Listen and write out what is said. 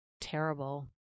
terrible